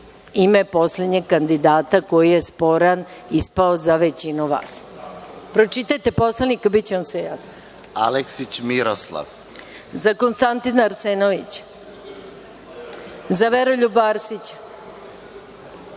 ime poslednjeg kandidata koji je sporan ispao za većinu